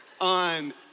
on